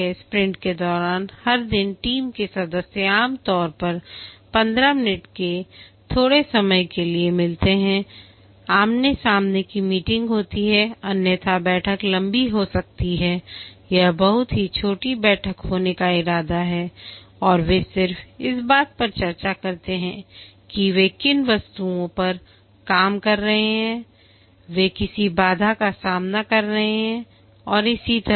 sprint के दौरान हर दिन टीम के सदस्य आमतौर पर 15 मिनट के थोड़े समय के लिए मिलते हैंआमने सामने की मीटिंग होती है अन्यथा बैठक लम्बी हो सकती है यह बहुत ही छोटी बैठक होने का इरादा है और वे सिर्फ इस बात पर चर्चा करते हैं कि वे किन वस्तुओं पर काम कर रहे हैं वे किस बाधा सामना कर रहे हैं और इसी तरह